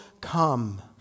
come